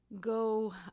go